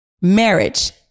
Marriage